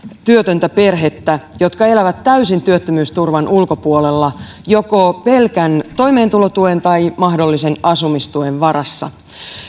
työtöntä perhettä jotka elävät täysin työttömyysturvan ulkopuolella joko pelkän toimeentulotuen tai mahdollisen asumistuen varassa